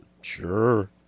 Sure